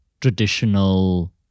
traditional